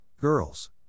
girls